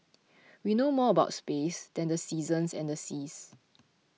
we know more about space than the seasons and the seas